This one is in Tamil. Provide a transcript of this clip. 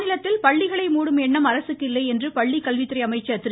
மாநிலத்தில் பள்ளிகளை மூடும் எண்ணம் அரசுக்கு இல்லை என்று பள்ளிக்கல்வித்துறை அமைச்சர் திரு